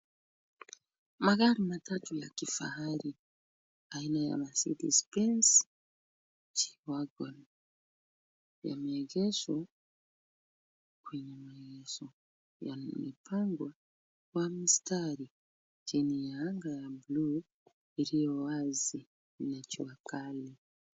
Magari matatu ya kifahari aina ya mercedes Benz, G-wagon, yameegeshwa kwenye maegesho. Yamepangwa kwa mstari chini ya anga ya buluu iliyo wazi na jua kali.